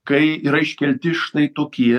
kai yra iškelti štai tokie